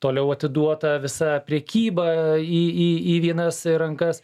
toliau atiduota visa prekyba į į į vienas rankas